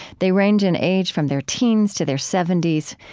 they range in age from their teens to their seventy s.